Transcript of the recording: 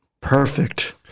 perfect